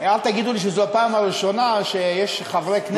אל תגידו לי שזו הפעם הראשונה שיש חברי כנסת,